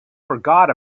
forgot